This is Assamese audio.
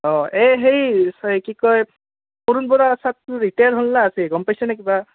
অঁ এই হেইৰি কি কয় পৰুণ ছাৰটো ৰিটায়াৰ হ'লা আছে গম পাইছে নে কিবা